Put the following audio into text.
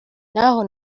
naho